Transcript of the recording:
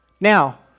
Now